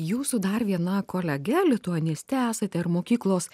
jūsų dar viena kolege lituaniste esate ir mokyklos